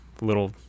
little